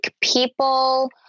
people